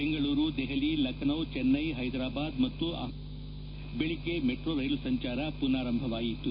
ಬೆಂಗಳೂರು ದೆಹಲಿ ಲಖನೌ ಚೆನ್ನೈ ಹೈದ್ರಾಬಾದ್ ಮತ್ತು ಅಹಮದಾಬಾದ್ನಲ್ಲಿ ಬೆಳಗ್ಗೆ ಮೆಟ್ರೊ ರೈಲು ಸಂಚಾರ ಪುನಾರಂಭವಾಯಿತು